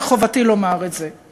וחובתי לומר את זה.